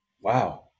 Wow